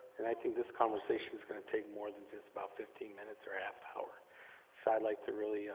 and i think this conversation is going to take more than just about fifteen minutes or half-hour, so i'd like to really